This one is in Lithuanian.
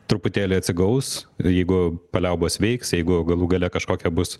truputėlį atsigaus jeigu paliaubos veiks jeigu galų gale kažkokia bus